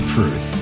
Truth